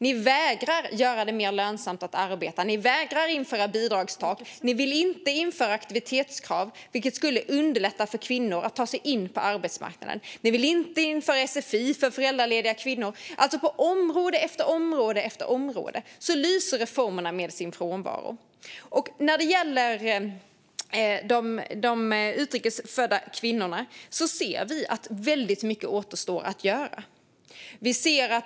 Ni vägrar att göra det mer lönsamt att arbeta, ni vägrar att införa bidragstak, ni vill inte införa aktivitetskrav, vilket skulle underlätta för kvinnor att ta sig in på arbetsmarknaden, och ni vill inte införa sfi för föräldralediga kvinnor. På område efter område lyser reformerna med sin frånvaro. När det gäller utrikes födda kvinnor återstår mycket att göra.